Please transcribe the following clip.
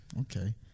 Okay